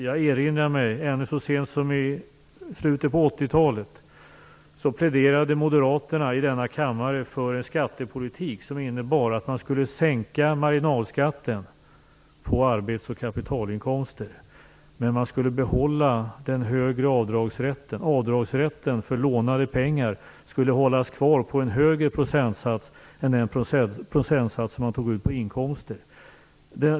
Jag erinrar mig att moderaterna ännu så sent som i slutet på 80-talet pläderade i denna kammare för en skattepolitik som innebar att man skulle sänka marginalskatten på arbets och kapitalinkomster men behålla den högre avdragsrätten för lånade pengar. För denna avdragsrätt skulle alltså gälla en högre procentsats än den som man tillämpade på inkomster.